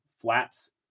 flaps